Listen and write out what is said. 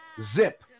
Zip